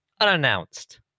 unannounced